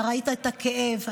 אתה ראית את הכאב.